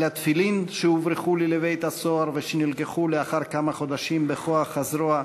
על התפילין שהוברחו אלי לבית-הסוהר ושנלקחו לאחר כמה חודשים בכוח הזרוע.